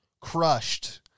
crushed